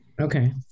Okay